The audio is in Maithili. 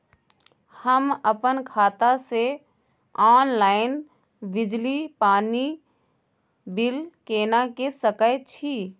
हम अपन खाता से ऑनलाइन बिजली पानी बिल केना के सकै छी?